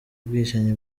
bwicanyi